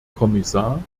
kommissar